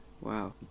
Wow